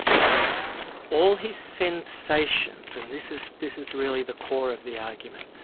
and all his sensations, and this is this is really the core of the argument,